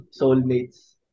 soulmates